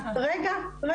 רגע, רגע.